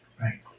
Right